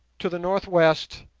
to the northwest,